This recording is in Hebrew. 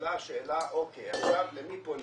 נשאלה השאלה, אוקיי, עכשיו למי פונים?